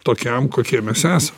tokiam kokie mes esam